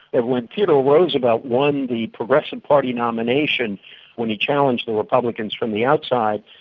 and when theodore roosevelt won the progressive party nomination when he challenged the republicans from the outside,